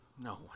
No